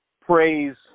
praise